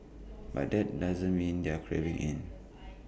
but that doesn't mean they're caving in